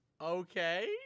Okay